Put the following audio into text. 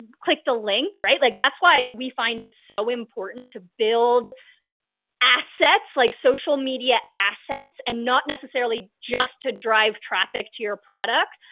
ah, click the link, right? like that's why we find it so important to build assets like social media assets and not necessarily just to drive traffic to your product,